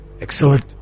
Excellent